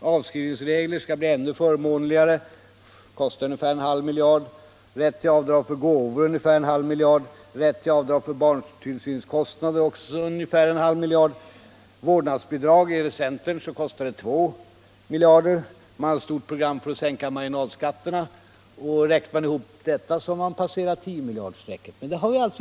avskrivningsregler för företagen, det kostar ungefär en halv miljard, rätt till avdrag för gåvor, som kostar ungefär en halv miljard, rätt till avdrag för barntillsynskostnader, också ungefär en halv miljard, vårdnadsbidrag som enligt centerns förslag kostar ungefär 2 miljarder. Moderaterna har också ett stort program för att sänka mar ginalskatterna. Räknar vi med allt detta har 10-miljarderstrecket passerats.